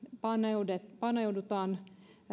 paneudutaan paneudutaan